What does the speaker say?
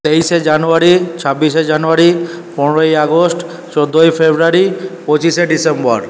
তেইশে জানুয়ারি ছাব্বিশে জানুয়ারি পনেরোই আগস্ট চৌদ্দোই ফেব্রুয়ারি পঁচিশে ডিসেম্বর